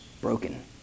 broken